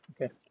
Okay